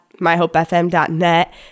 myhopefm.net